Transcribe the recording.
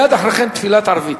מייד אחרי כן תפילת ערבית.